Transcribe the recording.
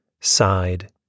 Sighed